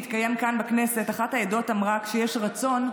שהתקיים כאן בכנסת אחת העדות אמרה: כשיש רצון,